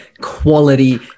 quality